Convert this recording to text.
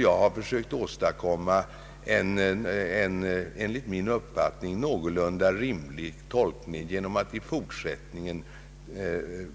Jag har försökt åstadkomma en enligt min uppfattning någorlunda rimlig tolkning genom att i fortsättningen